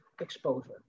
exposure